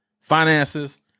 finances